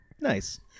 Nice